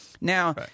Now